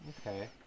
Okay